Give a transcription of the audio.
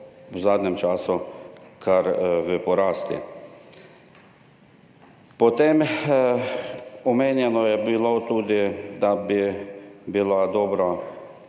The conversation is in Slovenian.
v zadnjem času kar v porastu. Potem je bilo omenjeno tudi, da bi bila dobra